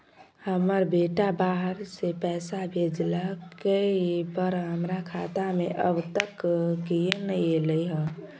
हमर बेटा बाहर से पैसा भेजलक एय पर हमरा खाता में अब तक किये नाय ऐल है?